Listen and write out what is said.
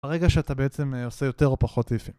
הרגע שאתה בעצם, עושה יותר או פחות ifים.